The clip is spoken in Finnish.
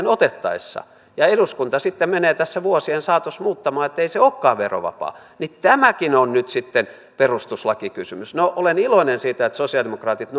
otettaessa ja eduskunta sitten menee tässä vuosien saatossa muuttamaan ettei se olekaan verovapaa niin tämäkin on nyt sitten perustuslakikysymys no olen iloinen siitä että sosialidemokraatit